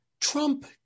Trump